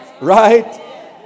Right